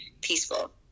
peaceful